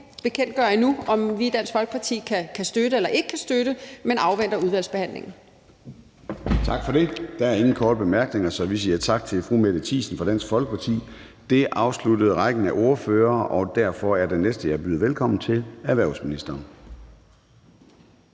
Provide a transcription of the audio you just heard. bekendtgøre, om vi i Dansk Folkeparti støtter eller ikke støtter, men vi afventer udvalgsbehandlingen. Kl. 11:07 Formanden (Søren Gade): Tak for det. Der er ingen korte bemærkninger, så vi siger tak til fru Mette Thiesen fra Dansk Folkeparti. Det afsluttede rækken af ordførere, og derfor er den næste, jeg byder velkommen til, erhvervsministeren.